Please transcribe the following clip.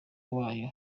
wayo